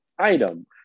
item